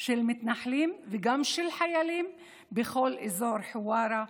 של מתנחלים וגם של חיילים בכל אזור חווארה,